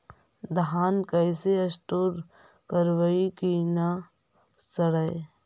धान कैसे स्टोर करवई कि न सड़ै?